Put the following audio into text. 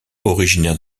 originaire